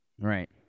Right